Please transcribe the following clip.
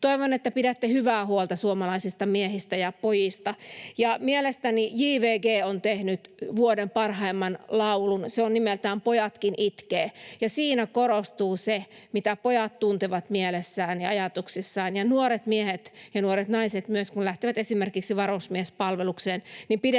Toivon, että pidätte hyvää huolta suomalaisista miehistä ja pojista. Mielestäni JVG on tehnyt vuoden parhaimman laulun, se on nimeltään Pojatki itkee, ja siinä korostuu se, mitä pojat tuntevat mielessään ja ajatuksissaan, ja nuoret miehet ja nuoret naiset myös, kun lähtevät esimerkiksi varusmiespalvelukseen. Pidetään